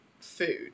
food